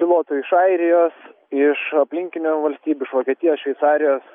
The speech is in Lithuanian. pilotų iš airijos iš aplinkinių valstybių iš vokietijos šveicarijos